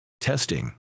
testing